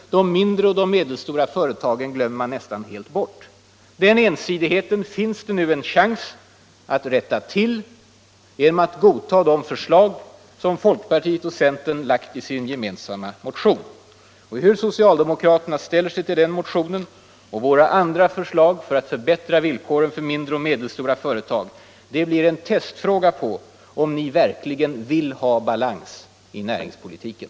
Men de mindre och medelstora företagen glömmer man nästan helt bort. Den ensidigheten finns det nu en chans att rätta till genom att godta de förslag som folkpartiet och centern framlagt i sin gemensamma motion. Hur socialdemokraterna ställer sig till den motionen och till våra andra förslag för att förbättra villkoren för mindre och medelstora företag blir ett test på om ni verkligen vill ha balans i näringspolitiken.